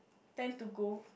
tend to go